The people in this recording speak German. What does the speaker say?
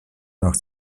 nach